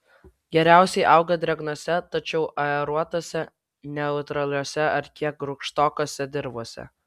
geriausiai auga drėgnose tačiau gerai aeruotose neutraliose ar kiek rūgštokose dirvose